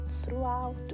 throughout